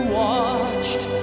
watched